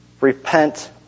repent